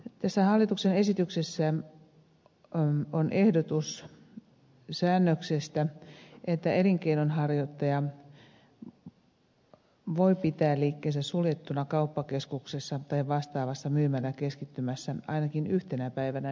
tässä hallituksen esityksessä on ehdotus säännöksestä että elinkeinonharjoittaja voi pitää liikkeensä suljettuna kauppakeskuksessa tai vastaavassa myymäläkeskittymässä ainakin yhtenä päivänä viikossa